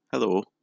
Hello